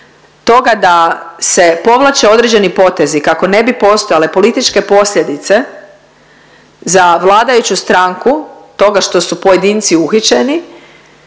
toga da se povlače određeni potezi kako ne bi postojale političke posljedice za vladajuću stranku toga što su pojedinci uhićeni